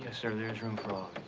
ah sir. there's room for ah